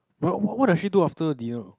but what does she do after dinner